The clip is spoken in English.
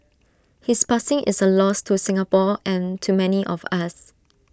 his passing is A loss to Singapore and to many of us